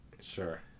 Sure